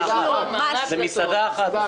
זאת מסעדה אחת.